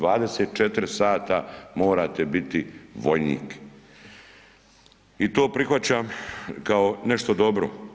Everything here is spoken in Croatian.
24 sata morate biti vojnik i to prihvaćam kao nešto dobro.